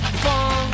fun